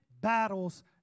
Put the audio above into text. battles